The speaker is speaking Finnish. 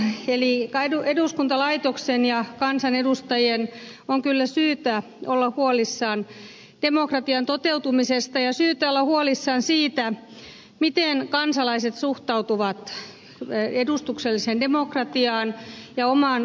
tämän talon eli eduskuntalaitoksen ja kansanedustajien on kyllä syytä olla huolissaan demokratian toteutumisesta ja syytä olla huolissaan siitä miten kansalaiset suhtautuvat edustukselliseen demokratiaan ja omaan vaikutusvaltaansa